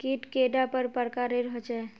कीट कैडा पर प्रकारेर होचे?